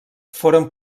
foren